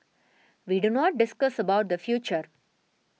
we do not discuss the future